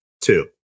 two